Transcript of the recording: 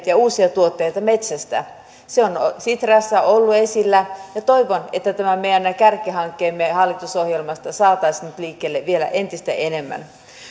ja uusia tuotteita metsästä se on sitrassa ollut esillä ja toivon että tämä meidän kärkihankkeemme hallitusohjelmasta saataisiin nyt liikkeelle vielä entistä enemmän